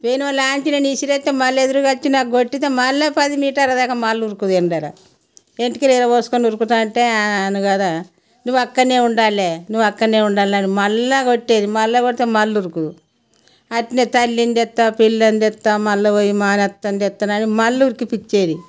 పేనువలాంచి నేను విసిరేస్తే మళ్ళీ ఎదురుగా వచ్చి నాకు కొడితే మళ్ళీ పది మీటర్ల దాకా మళ్ళీ ఉరుకుందిండరా వెంట్రుకలు విరబోసుకుని ఊరుకుతూ ఉంటే అన్నాగదా నువ్వు అక్కడే ఉండాలి నువ్వు అక్కడే ఉండాలి అని మళ్ళీ కొట్టేది మళ్ళీ కొడితే మళ్ళీ ఉరుకు అలానే తల్లిని తెస్తా పిల్లని తెస్తా మళ్ళీ పోయి మేనత్తని తెస్తానని మళ్ళీ ఉరికింపించేది